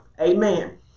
Amen